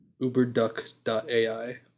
Uberduck.ai